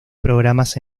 programas